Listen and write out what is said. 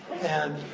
and